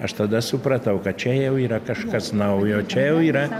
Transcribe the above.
aš tada supratau kad čia jau yra kažkas naujo čia jau yra